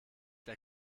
der